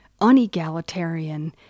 unegalitarian